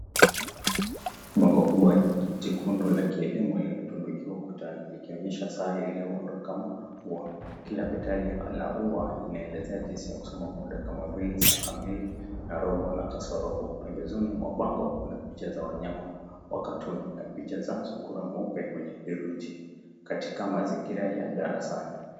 Bango kubwa jeusi la kielimu limetundikiwa ukutani ikionyesha saa iliyoondwa kama ua. Kila petali la ua linaelezea jinsi ya kusoma muda kama vile saa kamili na robo na kasorobo. Pembezoni mwa bango kuna picha za wanyama wa katuni na picha za sungura mweupe mwenye virunji katika mazingira ya darasani.